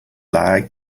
like